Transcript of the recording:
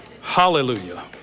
Hallelujah